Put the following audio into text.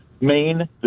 main